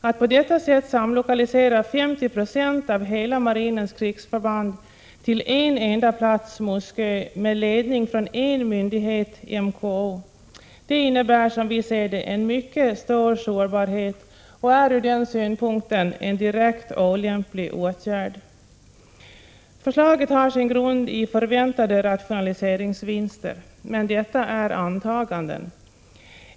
Att på detta sätt lokalisera 50 90 av hela marinens krigsförband till en enda plats, Muskö, med ledning från en myndighet, MKO, dvs. Ostkustens marinkommando, medför som vi ser det en mycket stor sårbarhet. Förslaget innebär från den synpunkten en direkt olämplig åtgärd. Förslaget har sin grund i förväntade rationaliseringsvinster. Att man skulle Prot. 1986/87:133 göra rationaliseringsvinster är dock bara antaganden.